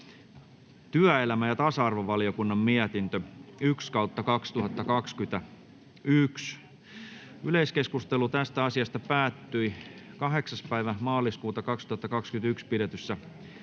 työelämä- ja tasa-arvovaliokunnan mietintö TyVM 1/2021 vp. Yleiskeskustelu asiasta päättyi 8.3.2021 pidetyssä